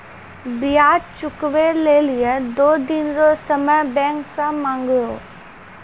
ब्याज चुकबै लेली दो दिन रो समय बैंक से मांगहो